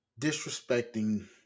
disrespecting